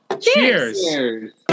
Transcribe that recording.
Cheers